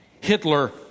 Hitler